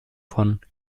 von